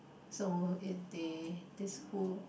so if they this who